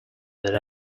that